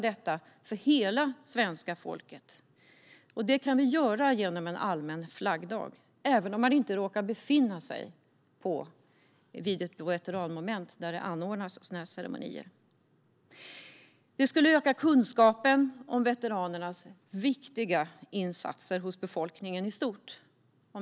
Det kan vi göra genom en allmän flaggdag, även om man inte råkar befinna sig vid ett veteranmoment när det anordnas sådana ceremonier. Om denna möjlighet fanns skulle det öka kunskapen om veteranernas viktiga insatser hos befolkningen i stort.